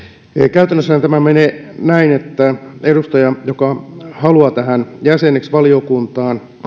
käytännössähän tämä menee niin että edustaja joka haluaa jäseneksi valiokuntaan ottaa